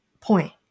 point